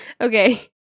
Okay